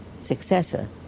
successor